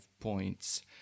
points